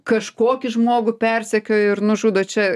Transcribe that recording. kažkokį žmogų persekioja ir nužudo čia